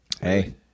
Hey